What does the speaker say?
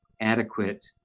adequate